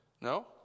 No